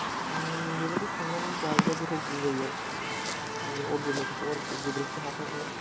बेफोरखौ संनानै जायोबा गोथावसिन जायो आरोखि अर्गेनिकखौ आरोखि गोबोरखि हासारजों